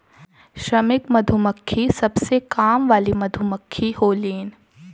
श्रमिक मधुमक्खी सबसे काम वाली मधुमक्खी होलीन